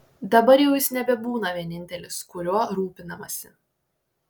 dabar jau jis nebebūna vienintelis kuriuo rūpinamasi